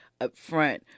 upfront